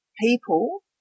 people